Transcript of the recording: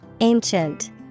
Ancient